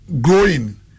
growing